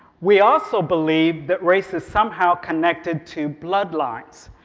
we also believe that race is somehow connected to bloodlines.